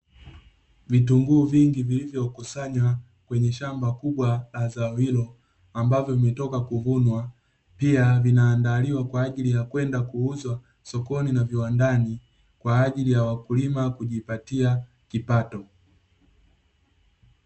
Vitunguu vingi vilivyokusanywa kwenye shamba kubwa la zao hilo, ambavyo vimetoka kuvunwa, pia vinaandaliwa kwa ajili ya kwenda kuuzwa sokoni na viwandani, kwa ajili ya wakulima kujipatia kipato.